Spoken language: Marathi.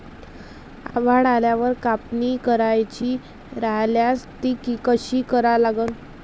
आभाळ आल्यावर कापनी करायची राह्यल्यास ती कशी करा लागन?